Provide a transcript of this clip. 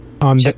on